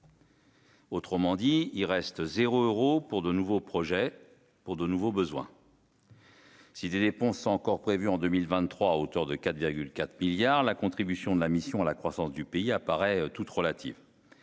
Autrement dit, il reste 0 euros pour de nouveaux projets pour de nouveaux besoins. Si les dépenses encore prévues en 2023 à hauteur de 4 4 milliards la contribution de la mission à la croissance du pays apparaît toute relative.